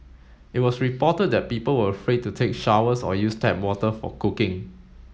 it was reported that people were afraid to take showers or use tap water for cooking